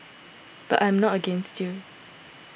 but I am not against you